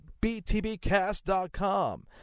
btbcast.com